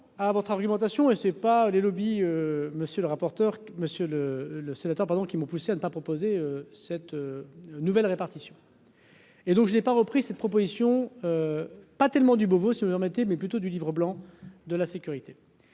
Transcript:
à votre argumentation et c'est. Pas les lobbies, monsieur le rapporteur, monsieur le sénateur, pardon, qui m'ont poussé à ne pas proposer cette nouvelle répartition et donc je n'ai pas repris cette proposition, pas tellement du bobo si vous remettez mais plutôt du Livre blanc de la sécurité